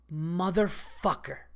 motherfucker